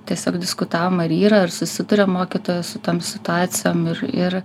tiesiog diskutavom ar yra ar susiduria mokytojai su tom situacijom ir ir